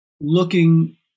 looking